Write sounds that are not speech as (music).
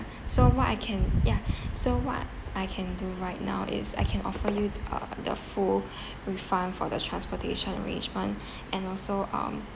(breath) so what I can ya (breath) so what I can do right now is I can offer you uh the full (breath) refund for the transportation arrangements (breath) and also um